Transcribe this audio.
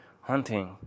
hunting